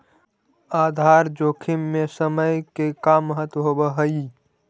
आधार जोखिम में समय के का महत्व होवऽ हई?